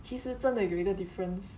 其实真的有一个 difference